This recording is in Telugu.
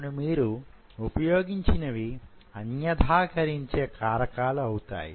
అప్పుడు మీరు ఉపయోగించనివి అన్యధాకరించే కారకాలు అవుతాయి